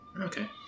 Okay